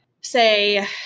say